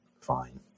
fine